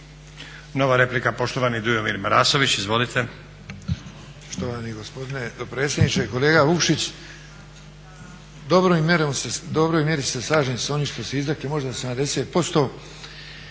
Nova replika, poštovani Dujomir Marasović.